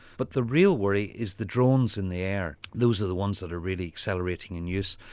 but the real worry is the drones in the air, those are the ones that are really accelerating in use.